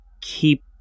keep